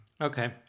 Okay